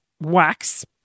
wax